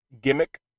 gimmick